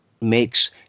makes